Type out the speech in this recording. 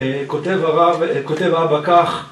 כותב הרב, כותב אבא כך